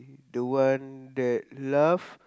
the one that laugh